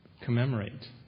commemorate